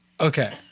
Okay